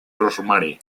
rosemary